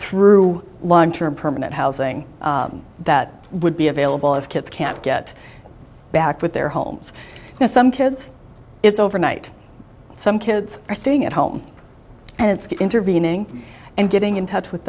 through long term permanent housing that would be available if kids can't get back with their homes now some kids it's overnight some kids are staying at home and intervening and getting in touch with